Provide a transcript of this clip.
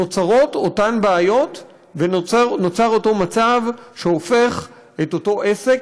נוצרות אותן בעיות ונוצר אותו מצב שהופך את אותו עסק,